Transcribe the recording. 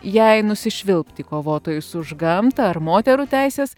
jai nusišvilpt į kovotojus už gamtą ar moterų teises